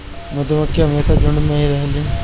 मधुमक्खी हमेशा झुण्ड में ही रहेलीन